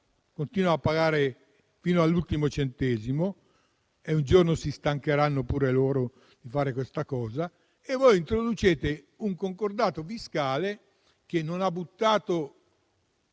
continuano a pagare fino all'ultimo centesimo (e un giorno si stancheranno anche loro di farlo) voi introducete un concordato fiscale che non ha buttato